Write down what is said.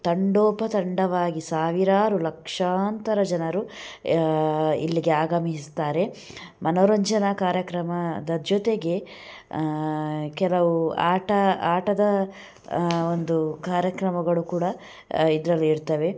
ತಂಡೋಪತಂಡವಾಗಿ ಸಾವಿರಾರು ಲಕ್ಷಾಂತರ ಜನರು ಇಲ್ಲಿಗೆ ಆಗಮಿಸುತ್ತಾರೆ ಮನೋರಂಜನಾ ಕಾರ್ಯಕ್ರಮದ ಜೊತೆಗೆ ಕೆಲವು ಆಟ ಆಟದ ಒಂದು ಕಾರ್ಯಕ್ರಮಗಳು ಕೂಡ ಇದರಲ್ಲಿ ಇರ್ತವೆ